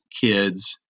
kids